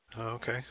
Okay